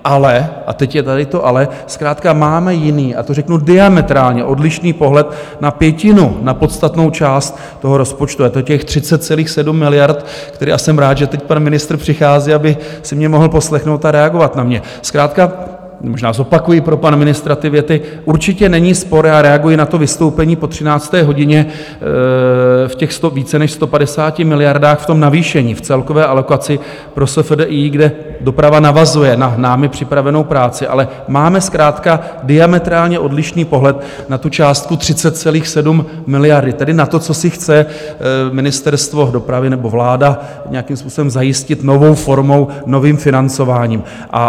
Ale a teď je tady to ale zkrátka máme jiný, a to řeknu diametrálně odlišný, pohled na pětinu, na podstatnou část toho rozpočtu, a to těch 30,7 miliardy, který já jsem rád, že teď pan ministr přichází, aby si mě mohl poslechnout a reagovat na mě, zkrátka možná zopakuji pro pana ministra ty věty určitě není spor, a reaguji na to vystoupení po 13. hodině, v těch 100, více než 150 miliardách, v tom navýšení, v celkové alokaci pro SFDI, kde doprava navazuje na námi připravenou práci, ale máme zkrátka diametrálně odlišný pohled na tu částku 30,7 miliardy, tedy na to, co si chce Ministerstvo dopravy nebo vláda nějakým způsobem zajistit novou formou, novým financováním.